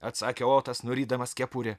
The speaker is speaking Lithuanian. atsakė otas nurydamas kepurę